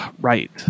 Right